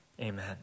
amen